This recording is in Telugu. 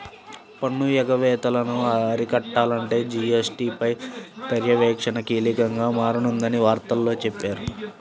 పన్ను ఎగవేతలను అరికట్టాలంటే జీ.ఎస్.టీ పై పర్యవేక్షణ కీలకంగా మారనుందని వార్తల్లో చెప్పారు